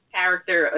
character